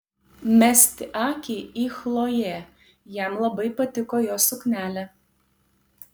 mesti akį į chlojė jam labai patiko jos suknelė